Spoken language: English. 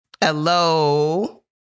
Hello